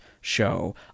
show